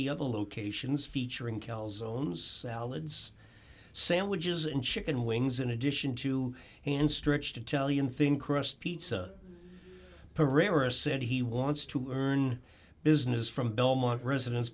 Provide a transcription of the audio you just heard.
the other locations featuring kill zones salads sandwiches and chicken wings in addition to an stretched italian thing crust pizza pereira said he wants to earn business from belmont residents